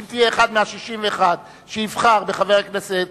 אם תהיה אחד מה-61 שיבחר בחבר הכנסת